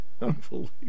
Unbelievable